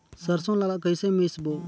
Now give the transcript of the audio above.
सरसो ला कइसे मिसबो?